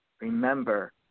remember